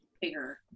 bigger